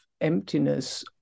emptiness